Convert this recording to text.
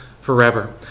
forever